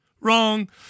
Wrong